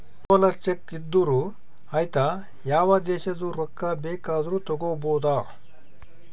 travellers cheque ಇದ್ದೂರು ಐಯ್ತ ಯಾವ ದೇಶದು ರೊಕ್ಕಾ ಬೇಕ್ ಆದೂರು ತಗೋಬೋದ